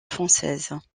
française